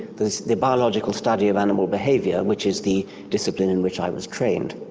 the the biological study of animal behaviour, which is the discipline in which i was trained.